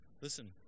Listen